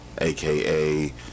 Aka